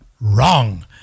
Wrong